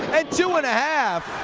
and two and a half.